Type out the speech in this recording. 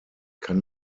kann